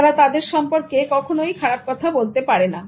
তারা তাদের সম্পর্কে কখনোই খারাপ কথা বলতে পারে না